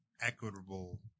equitable